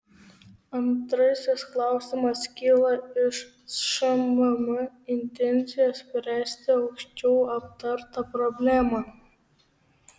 antrasis klausimas kyla iš šmm intencijos spręsti aukščiau aptartą problemą